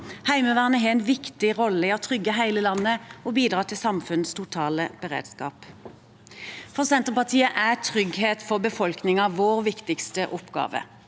Heimevernet har en viktig rolle i å trygge hele landet og bidra til samfunnets totale beredskap. For Senterpartiet er trygghet for befolkningen vår viktigste oppgave.